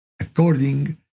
according